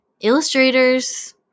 illustrators